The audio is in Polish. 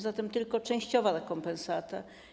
Zatem to tylko częściowa rekompensata.